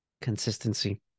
consistency